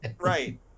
Right